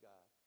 God